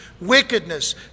wickedness